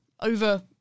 over